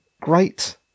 great